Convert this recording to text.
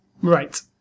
right